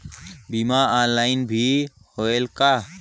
बीमा ऑनलाइन भी होयल का?